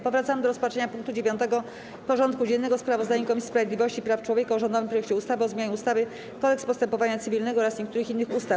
Powracamy do rozpatrzenia punktu 9. porządku dziennego: Sprawozdanie Komisji Sprawiedliwości i Praw Człowieka o rządowym projekcie ustawy o zmianie ustawy - Kodeks postępowania cywilnego oraz niektórych innych ustaw.